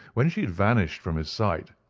when she had vanished from his sight,